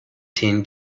team